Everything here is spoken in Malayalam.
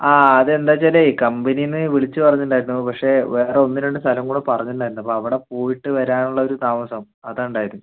ആ അത് എന്താണെന്ന് വച്ചാൽ കമ്പനിയിൽ നിന്ന് വിളിച്ച് പറഞ്ഞിട്ട് ഉണ്ടായിരുന്നു പക്ഷെ വേറ ഒന്ന് രണ്ട് സ്ഥലവും കൂടി പറഞ്ഞിട്ട് ഉണ്ടായിരുന്നു അപ്പം അവിടെ പോയിട്ട് വരാൻ ഉള്ള ഒരു താമസം അതാണ് ഇണ്ടായത്